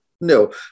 No